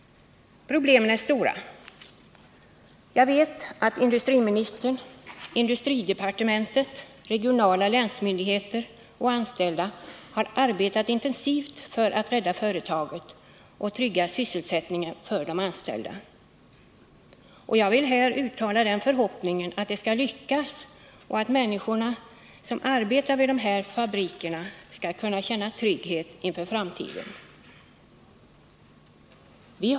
Problemen är stora. Jag vet att industriministern, industridepartementet, regionala myndigheter och anställda har arbetat intensivt för att rädda företaget och trygga sysselsättningen. Jag vill här uttala den förhoppningen att det skall lyckas och att människorna som arbetar vid Firestones fabriker skall kunna känna trygghet inför framtiden.